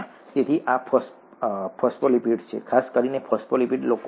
તેથી આ ફોસ્ફોલિપિડ છે ખાસ કરીને ફોસ્ફેટિડલ કોલિન